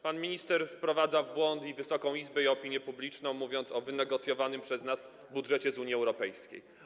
Pan minister wprowadza w błąd i Wysoką Izbę, i opinię publiczną, mówiąc o wynegocjowanym przez nas budżecie z Unii Europejskiej.